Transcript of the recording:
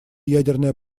ядерная